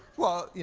well,